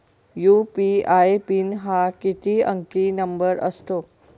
UPI PIN हा किती अंकी नंबर असतो?